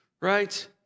Right